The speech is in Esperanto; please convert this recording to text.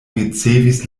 ricevis